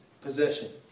possession